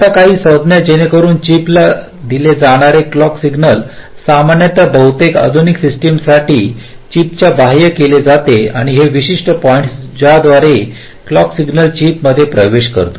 आता काही संज्ञा जेणेकरून चिपला दिले जाणारे क्लॉक सिग्नल सामान्यत बहुतेक आधुनिक सिस्टीमसाठी चिपच्या बाह्य केले जाते आणि हे विशिष्ट पॉईंट्स ज्याद्वारे क्लॉक सिग्नल चिपमध्ये प्रवेश करतो